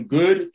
good